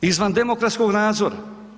Izvan demokratskog nadzora.